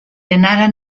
anaren